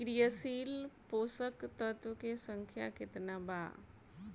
क्रियाशील पोषक तत्व के संख्या कितना बा?